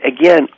again